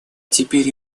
теперь